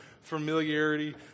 familiarity